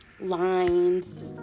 lines